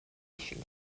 fishing